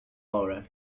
aura